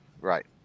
right